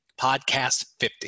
PODCAST50